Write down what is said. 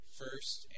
first